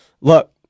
look